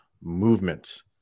movement